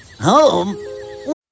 Home